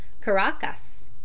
Caracas